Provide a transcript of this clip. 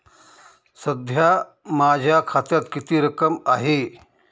सध्या माझ्या खात्यात किती रक्कम आहे?